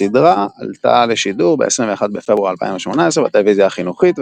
הסדרה עלתה לשידור ב-21 בפברואר 2018 בטלוויזיה החינוכית,